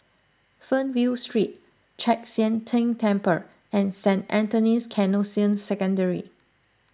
Fernvale Street Chek Sian Tng Temple and Saint Anthony's Canossian Secondary